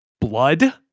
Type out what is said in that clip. blood